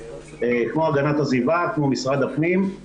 כמו הגנת הסביבה וכמו משרד הפנים.